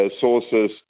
sources